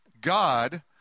God